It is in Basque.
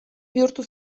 bihurtu